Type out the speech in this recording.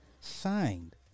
signed